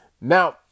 Now